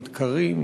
נדקרים,